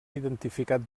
identificat